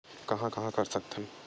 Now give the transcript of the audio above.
कहां कहां कर सकथन?